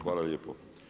Hvala lijepo.